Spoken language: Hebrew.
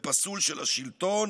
ופסול של השלטון